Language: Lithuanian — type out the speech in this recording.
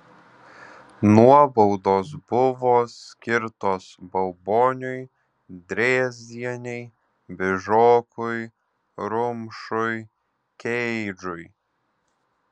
nuobaudos buvo skirtos bauboniui drėzienei bižokui rumšui keidžui